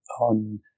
on